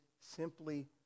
simply